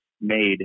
made